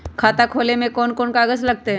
खाता खोले ले कौन कौन कागज लगतै?